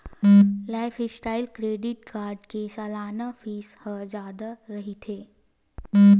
lifestyle credit card के सलाना fees ह जादा रहिथे